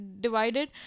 divided